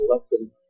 lesson